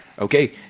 Okay